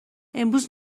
امروز